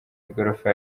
igorofa